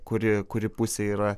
kuri kuri pusė yra